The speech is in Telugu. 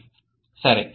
0 సరే